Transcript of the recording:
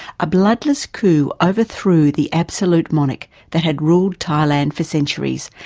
a bloodless coup overthrew the absolute monarch that had ruled thailand for centuries,